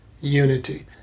Unity